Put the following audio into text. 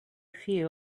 few